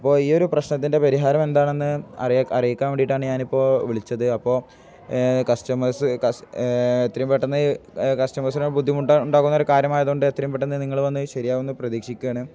അപ്പോൾ ഈ ഒരു പ്രശ്നത്തിൻ്റെ പരിഹാരം എന്താണെന്ന് അറിയിക്കാൻ വേണ്ടിയിട്ടാണ് ഞാൻ ഇപ്പോൾ വിളിച്ചത് അപ്പോൾ കസ്റ്റമേഴ്സ് എത്രയും പെട്ടെന്ന് കസ്റ്റമേഴ്സിനെ ബുദ്ധിമുട്ട് ഉണ്ടാകുന്ന ഒരു കാര്യമായതുകൊണ്ട് എത്രയും പെട്ടെന്ന് നിങ്ങൾ വന്നു ശരിയാവുമെന്നു പ്രതീക്ഷിക്കുകയാണ്